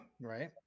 right